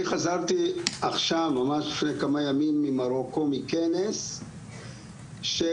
אני חזרתי עכשיו ממש לפני כמה ימים ממרוקו מכנס של